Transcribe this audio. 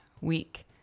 week